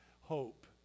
hope